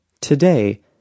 Today